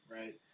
right